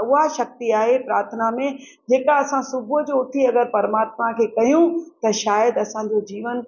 उहा शक्ति आहे प्रार्थना में जेका असां सुबुह जो उथी अगरि परमात्मा खे अगरि कयूं त शायदि असांजो जीवन